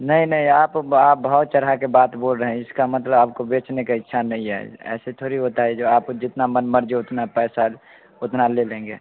नहीं नहीं आप ब आप भाव चढ़ा के बात बोल रहे हैं इसका मतलब आपको बेचने का इच्छा नहीं है ऐसे थोड़ी होता है जो आप जितना मनमर्जी हो उतना पैसा उतना ले लेंगे